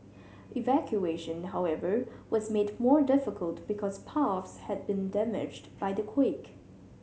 evacuation however was made more difficult because paths had been damaged by the quake